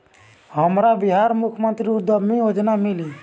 हमरा बिहार मुख्यमंत्री उद्यमी योजना मिली?